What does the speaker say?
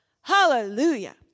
Hallelujah